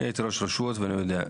אני הייתי ראש רשות ואני יודע.